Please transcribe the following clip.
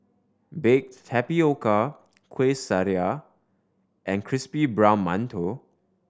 baked tapioca Kueh Syara and crispy brown mantou